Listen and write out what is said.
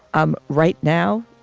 um right now?